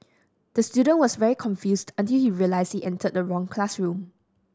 the student was very confused until he realised he entered the wrong classroom